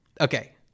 Okay